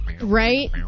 Right